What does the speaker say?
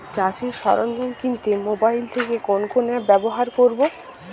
চাষের সরঞ্জাম কিনতে মোবাইল থেকে কোন অ্যাপ ব্যাবহার করব?